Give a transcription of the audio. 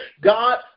god